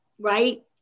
Right